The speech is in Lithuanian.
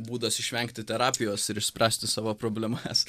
būdas išvengti terapijos ir išspręsti savo problemas